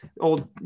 old